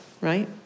right